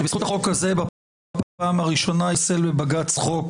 כי בזכות החוק הזה בפעם הראשונה ייפסל בבג"ץ חוק